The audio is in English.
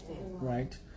right